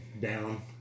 down